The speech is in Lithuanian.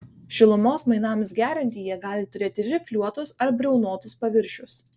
šilumos mainams gerinti jie gali turėti rifliuotus ar briaunotus paviršius